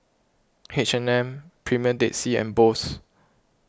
H and M Premier Dead Sea and Bose